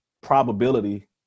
probability